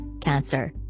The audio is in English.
Cancer